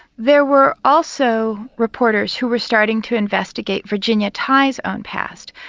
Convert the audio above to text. there were also reporters who were starting to investigate virginia tighe's own past.